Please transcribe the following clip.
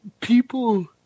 people